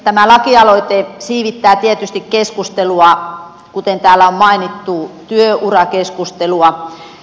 tämä lakialoite siivittää tietysti kuten täällä on mainittu työurakeskustelua